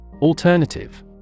Alternative